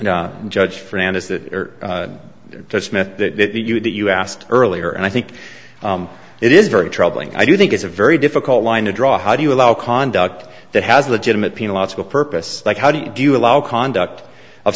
you that you asked earlier and i think it is very troubling i do think it's a very difficult line to draw how do you allow conduct that has legitimate pain a logical purpose like how do you do you allow conduct of